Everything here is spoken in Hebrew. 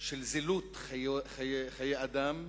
של זילות חיי אדם,